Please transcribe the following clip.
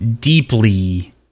deeply